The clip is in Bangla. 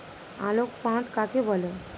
আলোক ফাঁদ কাকে বলে?